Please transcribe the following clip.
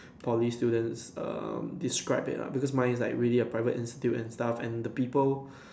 Poly students um describe it lah because mine is really a private institute and stuff and the people